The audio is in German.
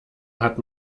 hat